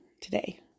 today